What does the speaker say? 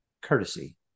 courtesy